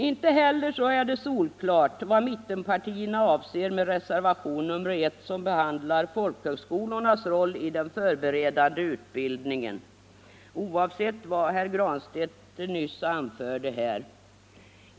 Inte heller är det solklart vad mittenpartierna avser med reservation nr 1, som behandlar folkhögskolornas roll i den förberedande utbildningen —- och det oavsett vad herr Granstedt nyss anförde.